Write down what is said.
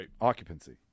occupancy